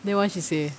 then what she say